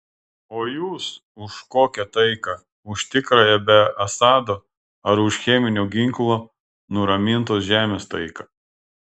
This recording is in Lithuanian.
o jūs už kokią taiką už tikrąją be assado ar už cheminio ginklo nuramintos žemės taiką